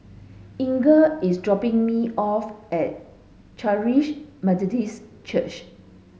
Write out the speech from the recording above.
Inger is dropping me off at Charis Methodist Church